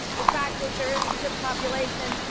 the fact is, there is a population.